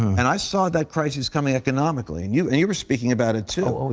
and i saw that crisis coming economically, and you and you were speaking about it, too.